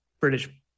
British